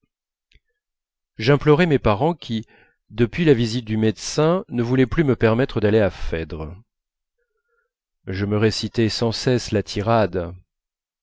j'implorais mes parents qui depuis la visite du médecin ne voulaient plus me permettre d'aller à phèdre je me récitais sans cesse la tirade